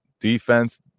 defense